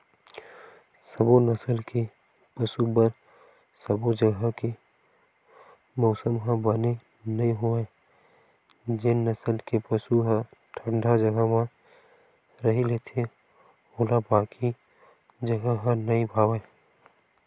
सबो नसल के पसु बर सबो जघा के मउसम ह बने नइ होवय जेन नसल के पसु ह ठंडा जघा म रही लेथे ओला बाकी जघा ह नइ भावय